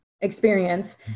experience